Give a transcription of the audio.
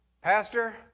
Pastor